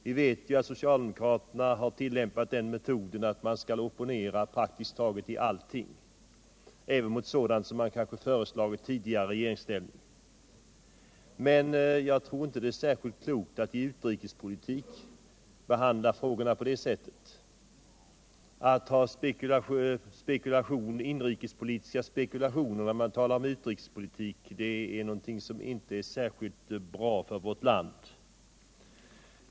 Vi vet att socialdemokraterna tillämpar den metoden att opponera praktiskt taget mot allting, även mot sådant som man själv föreslagit tidigare i regeringsställning. Jag tror inte att det är särskilt klokt att i utrikespolitiken behandla frågorna på detta sätt. Att bedriva inrikespolitiska spekulationer när vi diskuterar utrikespolitik är någonting som inte är särskilt bra för vårt land.